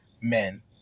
men